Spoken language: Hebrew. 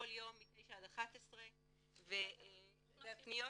יש מענה טלפוני אנושי אצלנו בבית הנשיא כל יום מ-9:00 עד 11:00,